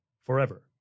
forever